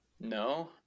No